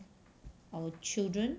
our children